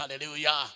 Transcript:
hallelujah